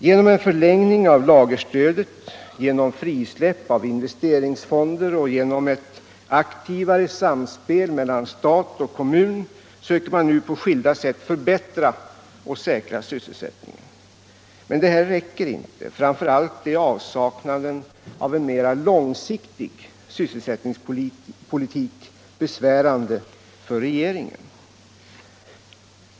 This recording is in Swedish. Genom en förlängning av lagerstödet, genom frisläppande av investeringsfonder och genom ett aktivare samspel mellan stat och kommun söker man nu på skilda sätt förbättra och säkra sysselsättningen. Men det räcker inte. Framför allt är avsaknaden av en mera långsiktig sysselsättningspolitisk målsättning besvärande för regeringen.